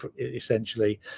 essentially